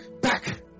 Back